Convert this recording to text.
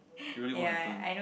it really won't happen